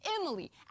Emily